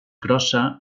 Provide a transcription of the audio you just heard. grossa